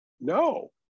No